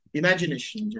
imagination